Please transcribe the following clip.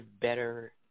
better